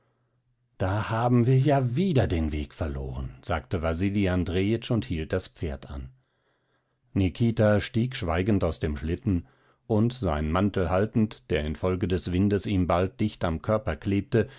da haben wir ja wieder den weg verloren sagte wasili andrejitsch und hielt das pferd an nikita stieg schweigend aus dem schlitten und seinen mantel haltend der infolge des windes ihm bald dicht am körper klebte